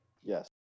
yes